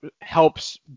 helps